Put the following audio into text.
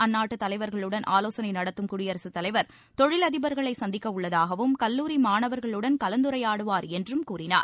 அந்நாட்டு தலைவர்களுடன் ஆலோசனை நடத்தும் குடியரசுத்தலைவர் தொழிலதிபர்களை சந்திக்க உள்ளதாகவும் கல்லூரி மாணவர்களுடன் கலந்துரையாடுவார் என்றும் கூறினார்